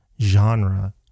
genre